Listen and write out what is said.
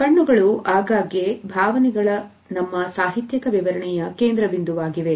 ಕಣ್ಣುಗಳು ಆಗಾಗ್ಯೆ ಭಾವನೆಗಳ ನಮ್ಮ ಸಾಹಿತ್ಯಕ ವಿವರಣೆಯ ಕೇಂದ್ರಬಿಂದುವಾಗಿವೆ